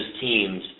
teams